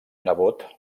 nebot